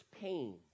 pain